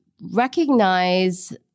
recognize